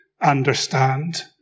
understand